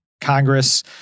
Congress